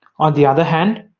on the other hand,